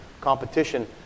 Competition